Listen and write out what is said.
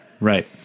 Right